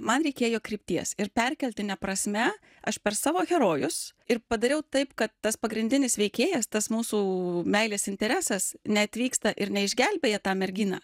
man reikėjo krypties ir perkeltine prasme aš per savo herojus ir padariau taip kad tas pagrindinis veikėjas tas mūsų meilės interesas neatvyksta ir neišgelbėja tą merginą